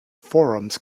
forums